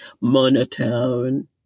monotone